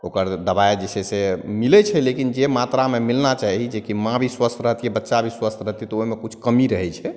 ओकर दवाइ जे छै से मिलै छै लेकिन जे मात्रामे मिलना चाही जेकि माँ भी स्वस्थ रहतिए बच्चा भी स्वस्थ रहतिए तऽ ओहिमे किछु कमी रहै छै